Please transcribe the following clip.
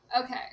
Okay